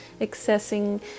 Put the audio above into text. Accessing